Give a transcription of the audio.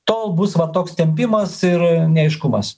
tol bus va toks tempimas ir neaiškumas